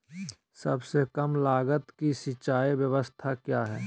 सबसे कम लगत की सिंचाई ब्यास्ता क्या है?